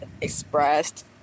expressed